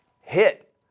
hit